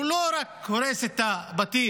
הוא לא רק הורס את הבתים,